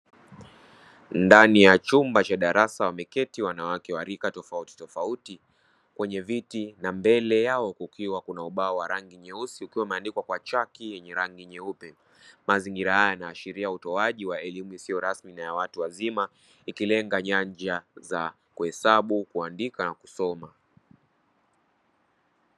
Ndani ya chumba cha darasa, wameketi wanawake wa rika tofauti tofauti wameketi kwenye viti, mbele yao kukiwa na ubao wa rangi nyeusi ukiwa umeandikwa kwa chaki nyeupe; mazingira haya yanawakilisha utoaji wa elimu isiyo rasmi kwa watu wazima, ikilenga nyanja za kuhesabu, kuandika, na kusoma.